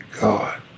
God